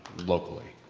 locally,